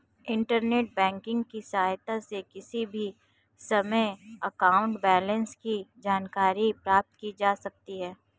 internet banking की सहायता से किसी भी समय अकाउंट बैलेंस की जानकारी प्राप्त की जा सकती है